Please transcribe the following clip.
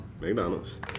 mcdonald's